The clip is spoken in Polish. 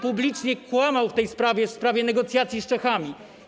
publicznie kłamał w tej sprawie, w sprawie negocjacji z Czechami.